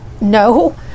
No